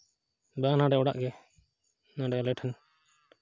ᱵᱟᱝ ᱱᱚᱸᱰᱮ ᱚᱲᱟᱜ ᱜᱮ ᱱᱚᱸᱰᱮ ᱟᱞᱮ ᱴᱷᱮᱱ